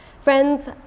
friends